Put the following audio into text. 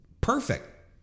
perfect